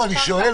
אני שואל.